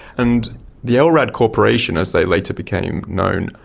and the lrad corporation, as they later became known,